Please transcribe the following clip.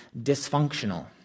dysfunctional